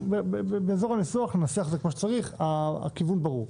באזור הניסוח ננסח את זה כמו שצריך, הכיוון ברור.